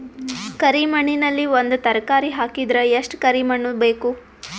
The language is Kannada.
ಕರಿ ಮಣ್ಣಿನಲ್ಲಿ ಒಂದ ತರಕಾರಿ ಹಾಕಿದರ ಎಷ್ಟ ಕರಿ ಮಣ್ಣು ಬೇಕು?